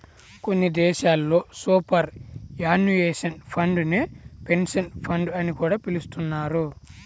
కొన్ని దేశాల్లో superannuation fund నే పెన్షన్ ఫండ్ అని కూడా పిలుస్తున్నారు